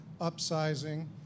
upsizing